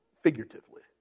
figuratively